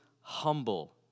humble